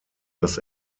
dass